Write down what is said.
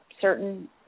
certain